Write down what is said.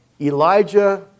Elijah